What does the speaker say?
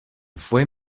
fue